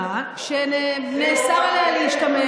אפשר לפתור